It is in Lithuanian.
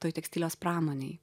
toj tekstilės pramonėj